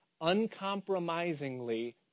uncompromisingly